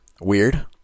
Weird